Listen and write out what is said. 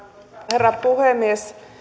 herra puhemies